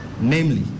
namely